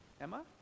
Emma